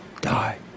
die